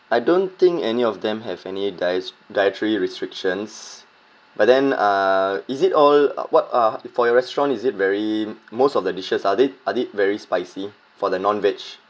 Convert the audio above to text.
I don't think any of them have any diets dietary restrictions but then uh is it all uh what uh for your restaurant is it very most of the dishes are they are they very spicy for the non veg